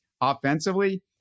offensively